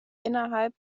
innerhalb